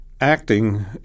acting